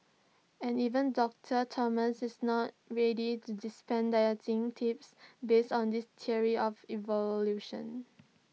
and even doctor Thomas is not ready to dispense dieting tips based on this theory of evolution